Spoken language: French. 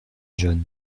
john